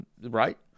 Right